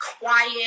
quiet